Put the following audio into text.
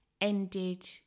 ended